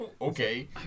Okay